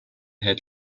had